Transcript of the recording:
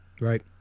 Right